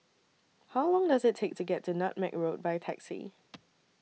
How Long Does IT Take to get to Nutmeg Road By Taxi